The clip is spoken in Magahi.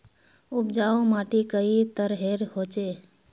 उपजाऊ माटी कई तरहेर होचए?